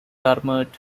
armoured